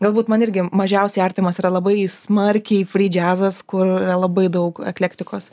galbūt man irgi mažiausiai artimas yra labai smarkiai fri džiazas kur yra labai daug eklektikos